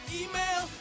email